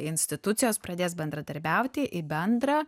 institucijos pradės bendradarbiauti į bendrą